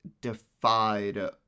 defied